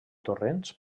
torrents